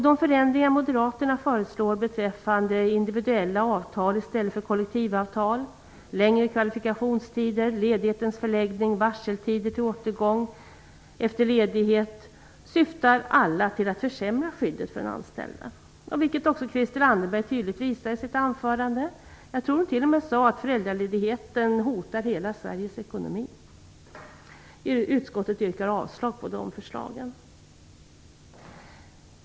De förändringar moderaterna föreslår beträffande individuella avtal i stället för kollektivavtal, längre kvalifikationstid, ledighetens förläggning och varseltiden för återgång i arbete efter ledigheten syftar alla till att försämra skyddet för den anställde, vilket också Christel Anderberg tydligt visar i sitt anförande. Jag tror att hon till och med sade att föräldraledigheten hotar hela Sveriges ekonomi. Utskottet yrkar avslag på de förslagen.